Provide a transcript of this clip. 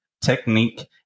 technique